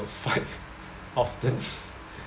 would fight often